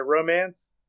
Romance